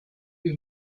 who